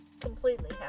completely